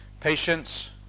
Patience